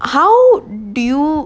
how do you